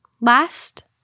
Last